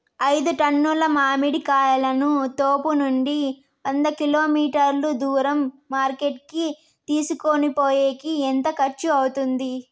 ఐదు టన్నుల మామిడి కాయలను తోపునుండి వంద కిలోమీటర్లు దూరం మార్కెట్ కి తీసుకొనిపోయేకి ఎంత ఖర్చు అవుతుంది?